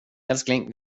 älskling